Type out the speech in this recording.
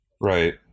right